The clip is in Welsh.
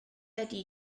ydy